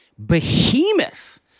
Behemoth